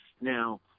Now